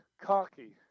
cocky